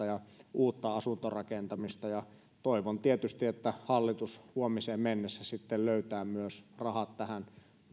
ja uutta asuntorakentamista toivon tietysti että hallitus huomiseen mennessä löytää rahat myös tähän